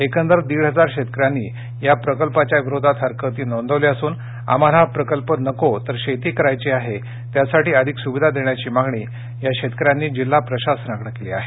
एकंदर दीड हजार शेतकऱ्यांनी या प्रकल्पाविरोधात हरकती नोंदवल्या असून आम्हाला हा प्रकल्प नको तर शेती करायची असून त्यासाठी अधिक सुविधा देण्याची मागणी या शेतकऱ्यांनी जिल्हा प्रशासनाकडे केली आहे